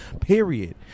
period